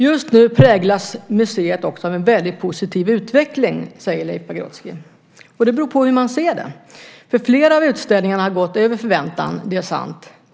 Just nu präglas museet också av en väldigt positiv utveckling, säger Leif Pagrotsky. Det beror på hur man ser det. Flera av utställningarna har gått över förväntan, det är sant.